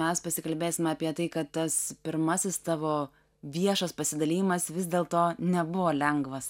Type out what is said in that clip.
mes pasikalbėsime apie tai kad tas pirmasis tavo viešas pasidalijimas vis dėl to nebuvo lengvas